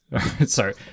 sorry